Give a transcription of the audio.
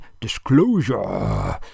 disclosure